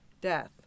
death